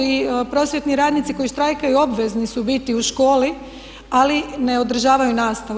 I prosvjetni radnici koji štrajkaju obvezni su biti u školi, ali ne održavaju nastavu.